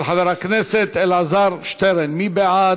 של חבר הכנסת אלעזר שטרן, מי בעד?